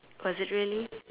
was it really